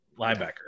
linebacker